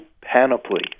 panoply